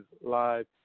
live